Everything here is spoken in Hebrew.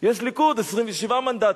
יש ליכוד, 27 מנדטים,